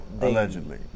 allegedly